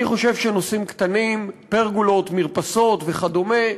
אני חושב שנושאים קטנים, פרגולות, מרפסות וכדומה,